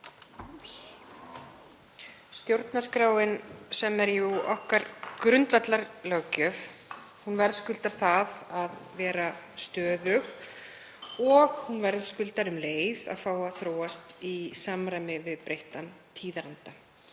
Stjórnarskráin, sem er jú grundvallarlöggjöf okkar, verðskuldar að vera stöðug og verðskuldar um leið að fá að þróast í samræmi við breyttan tíðaranda.